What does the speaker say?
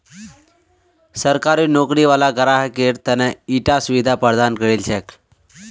सरकारी नौकरी वाला ग्राहकेर त न ईटा सुविधा प्रदान करील छेक